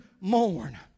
mourn